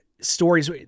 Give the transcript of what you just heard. stories